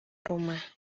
rumah